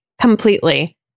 Completely